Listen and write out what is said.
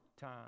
time